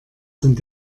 sind